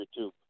YouTube